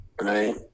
right